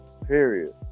Period